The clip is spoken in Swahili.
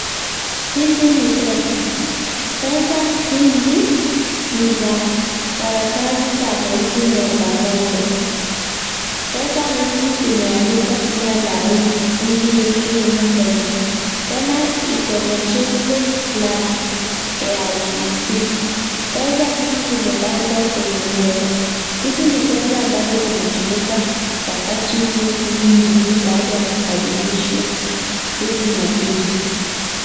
Hizi ni pesa, pesa hizi ni za karatasi za elfu moja moja pesa hizi zimeandikwa jina ya nchi yetu humu kenya tena ikona chengo ya KICC ,pesa hizi zimepakwa kwenye meza hizi ni pesa ambazo zinatumika wakati huu humu nchi baada ya kupandilishwa hivi majuzi.